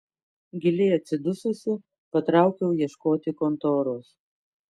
giliai atsidususi patraukiau ieškoti kontoros